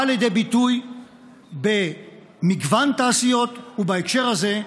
באה לידי ביטוי במגוון תעשיות, ובהקשר הזה,